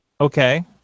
Okay